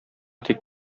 тик